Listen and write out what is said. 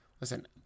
listen